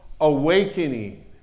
awakening